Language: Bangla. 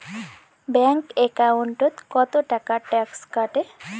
ব্যাংক একাউন্টত কতো টাকা ট্যাক্স কাটে?